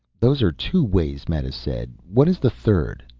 those are two ways, meta said. what is the third?